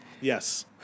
Yes